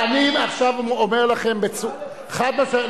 אחד פלוס אחד.